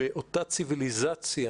באותה ציוויליזציה